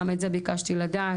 גם את זה ביקשתי לדעת